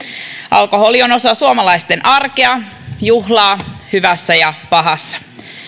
alkoholi on osa suomalaisten arkea ja juhlaa hyvässä ja pahassa